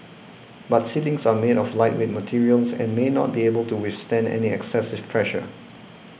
but ceilings are made of lightweight materials and may not be able to withstand any excessive pressure